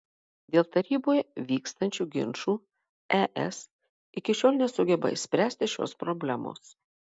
dėl taryboje vykstančių ginčų es iki šiol nesugeba išspręsti šios problemos